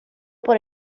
por